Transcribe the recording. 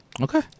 Okay